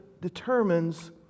determines